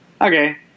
okay